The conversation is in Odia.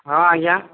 ହଁ ଆଜ୍ଞା